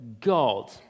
God